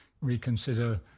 reconsider